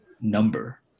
number